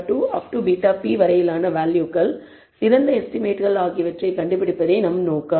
βp வரையிலான வேல்யூகள் சிறந்த எஸ்டிமேட்கள் ஆகியவற்றைக் கண்டுபிடிப்பதே நம் நோக்கம்